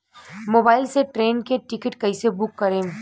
Mobile से train के ticket कैसे बूक करेम?